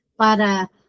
Para